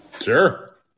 Sure